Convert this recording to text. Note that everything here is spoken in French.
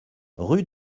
rue